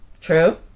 true